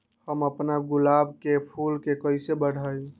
हम अपना गुलाब के फूल के कईसे बढ़ाई?